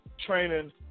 training